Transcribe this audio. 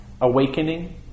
awakening